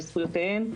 על זכויותיהן,